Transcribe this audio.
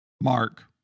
Mark